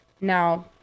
Now